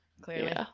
clearly